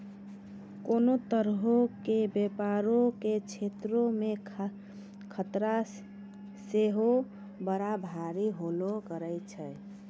कोनो तरहो के व्यपारो के क्षेत्रो मे खतरा सेहो बड़ा भारी होलो करै छै